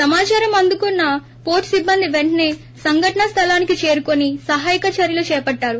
సమాచారం ఆందుకున్న పోర్టు సిబ్బంది పెంటనే సంఘటన స్టలానికి చేరుకొని సహాయక చర్యలు చేపట్టారు